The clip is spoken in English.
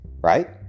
right